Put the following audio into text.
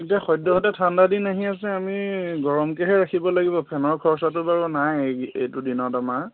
এতিয়া সদ্যহতে ঠাণ্ডা দিন আহি আছে আমি গৰমকৈহে ৰাখিব লাগিব ফেনৰ খৰ্চাটো বাৰু নাই এইটো দিনত আমাৰ